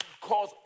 Cause